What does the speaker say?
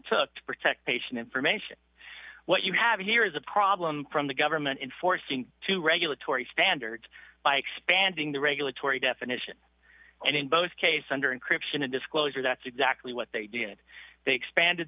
to protect patient information what you have here is a problem from the government enforcing to regulatory standards by expanding the regulatory definition and in both cases under encryption a disclosure that's exactly what they did they expanded